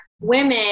women